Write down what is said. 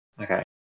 Okay